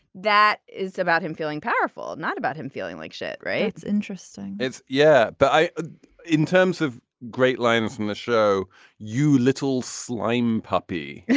that is about him feeling powerful not about him feeling like shit. right. it's interesting. it's yeah. but ah in terms of great lines from the show you little slime puppy yeah